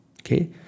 okay